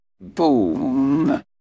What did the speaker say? Boom